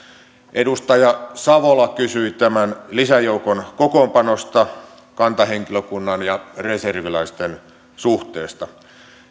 edustaja savola kysyi tämän lisäjoukon kokoonpanosta kantahenkilökunnan ja reserviläisten suhteesta